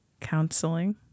Counseling